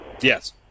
Yes